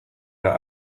der